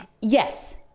yes